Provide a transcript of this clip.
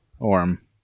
Orm